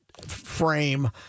frame